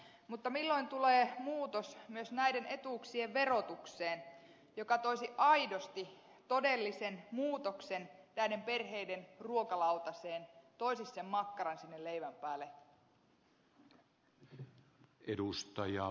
mutta milloin tulee muutos myös näiden etuuksien verotukseen joka toisi aidosti todellisen muutoksen näiden perheiden ruokalautaseen toisi sen makkaran sinne leivän päälle